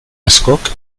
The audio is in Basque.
askok